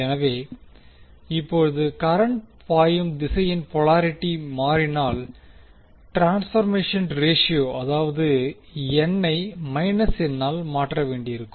எனவே இப்போது கரண்ட் பாயும் திசையின் போலாரிட்டி மாறினால் ட்ரான்ஸ்பர்மேஷன் ரேஷியோ அதாவது n ஐ n ஆல் மாற்ற வேண்டியிருக்கும்